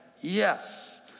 Yes